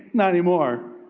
not anymore,